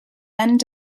end